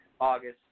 August